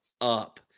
up